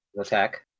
attack